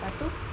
pastu